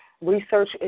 Research